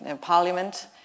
parliament